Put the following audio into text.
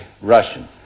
Russian